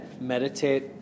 meditate